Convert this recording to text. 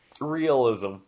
Realism